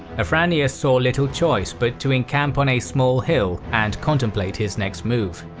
afranius saw little choice but to encamp on a small hill and contemplate his next move.